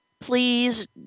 please